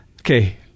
Okay